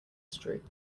street